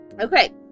Okay